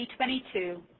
2022